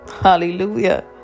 Hallelujah